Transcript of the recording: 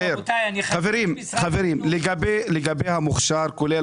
חברים, לגבי המוכשר, כולל